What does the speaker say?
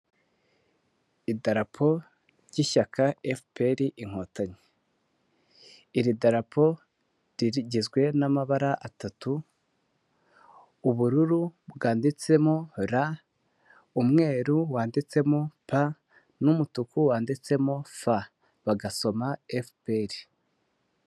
Idarapo ry'ishyaka FPR inkotanyi iri darapo rigizwe n'amabara atatu, ubururu bwanditsemo ra, umweru wanditsemo pa n'umutuku wanditsemo fa bagasoma FPR.